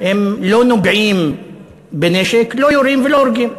הם לא נוגעים בנשק, לא יורים ולא הורגים.